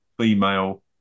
female